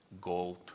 gold